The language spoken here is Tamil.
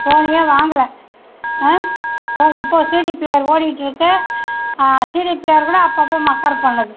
சோனியே வாங்கலை தா இப்போது சிடி பிளேயர் ஓடிட்டிருக்கு சிடி பிளேயர் கூட அப்பப்போ மக்கர் பண்ணுது